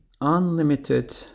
unlimited